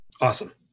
Awesome